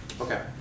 Okay